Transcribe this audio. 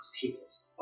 people's